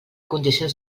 condicions